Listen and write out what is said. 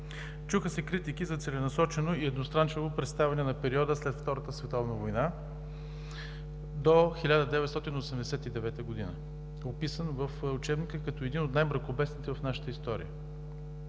Чуха се критики за целенасочено и едностранчиво представяне на периода след Втората световна война до 1989 г., описан в учебника като един от най-мракобесните в нашата история.